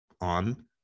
on